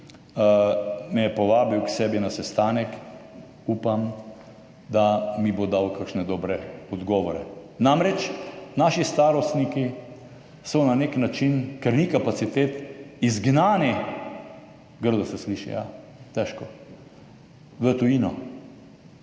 povabil k sebi na sestanek. Upam, da mi bo dal kakšne dobre odgovore. Namreč, naši starostniki so na nek način, ker ni kapacitet, izgnani – grdo se sliši, ja, težko – v tujino.